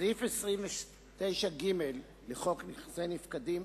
סעיף 29ג לחוק נכסי נפקדים,